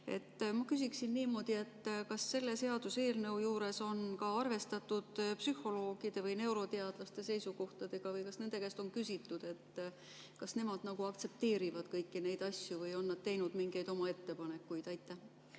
Ma küsin niimoodi: kas selle seaduseelnõu juures on arvestatud ka psühholoogide või neuroteadlaste seisukohtadega? Kas nende käest on küsitud, kas nemad aktsepteerivad kõiki neid asju, või on nad teinud mingeid oma ettepanekuid? Aitäh!